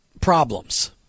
problems